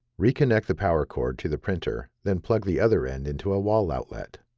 reconnect the power cord to the printer, then plug the other end into a wall outlet.